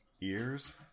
Ears